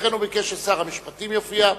לכן הוא ביקש ששר המשפטים יופיע.